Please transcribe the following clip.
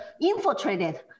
infiltrated